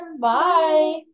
Bye